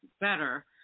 better